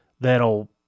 that'll